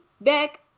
back